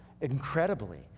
incredibly